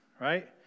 right